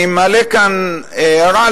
אני מעלה כאן הערה,